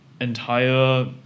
entire